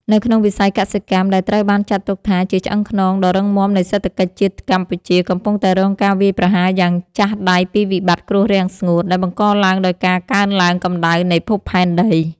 នៅក្នុងវិស័យកសិកម្ម ដែលត្រូវបានចាត់ទុកថាជាឆ្អឹងខ្នងដ៏រឹងមាំនៃសេដ្ឋកិច្ចជាតិកម្ពុជា កំពុងតែរងការវាយប្រហារយ៉ាងចាស់ដៃពីវិបត្តិគ្រោះរាំងស្ងួត ដែលបង្កឡើងដោយការកើនឡើងកម្ដៅនៃភពផែនដី។